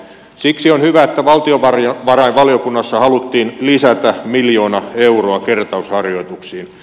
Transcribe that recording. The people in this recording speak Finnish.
siksi on hyvä että valtiovarainvaliokunnassa haluttiin lisätä miljoona euroa kertausharjoituksiin